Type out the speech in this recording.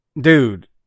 dude